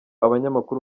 abanyamakuru